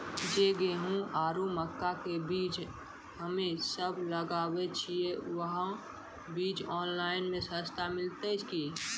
जे गेहूँ आरु मक्का के बीज हमे सब लगावे छिये वहा बीज ऑनलाइन मे सस्ता मिलते की?